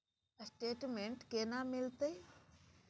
Statement केना मिलते?